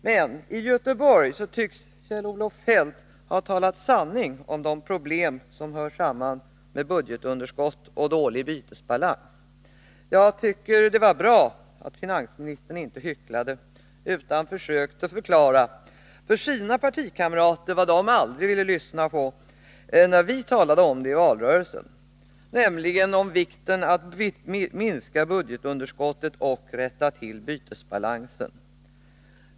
Men i Göteborg tycks Kjell-Olof Feldt ha talat sanning om de problem som hör samman med budgetunderskott och dålig bytesbalans. Jag tycker det var bra att finansministern inte hycklade utan försökte förklara för sina partikamrater vad de aldrig ville lyssna till eller tro på när vi talade om det i valrörelsen, nämligen om vikten av att minska budgetunderskottet och rätta till bytesbalansen.